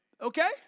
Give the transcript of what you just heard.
Okay